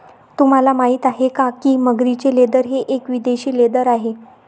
तुम्हाला माहिती आहे का की मगरीचे लेदर हे एक विदेशी लेदर आहे